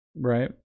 right